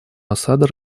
асада